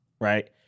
right